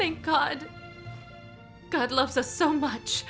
thank god god loves us so much